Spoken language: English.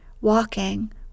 walking